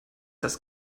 das